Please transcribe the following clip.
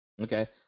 Okay